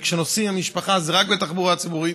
וכשנוסעים עם המשפחה זה רק בתחבורה הציבורית.